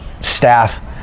staff